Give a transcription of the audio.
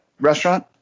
restaurant